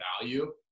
value